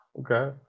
Okay